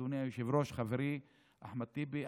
אדוני היושב-ראש חברי אחמד טיבי,